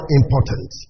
important